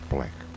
Black